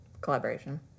collaboration